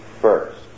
First